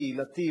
קהילתי,